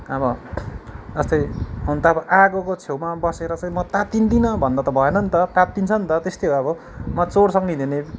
अब जस्तै हुनु त अब आगोको छेउमा बसेर चाहिँ म म तात्तिन्दिनँ भन्नु त भएन नि तात्तिन्छ नि त त्यस्तै हो अब म चोरसँग हिँडेँ भने